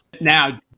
Now